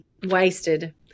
Wasted